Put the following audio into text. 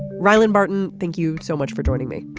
roland martin thank you so much for joining me.